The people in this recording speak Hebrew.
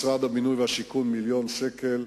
משרד הבינוי והשיכון, מיליון שקל,